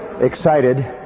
excited